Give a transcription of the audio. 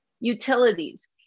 utilities